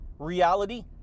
reality